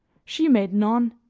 she made none,